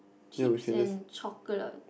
chips and chocolate